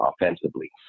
offensively